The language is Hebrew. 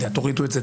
ויבדוק את התיק.